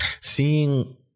Seeing